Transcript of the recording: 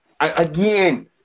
Again